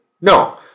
No